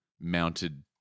mounted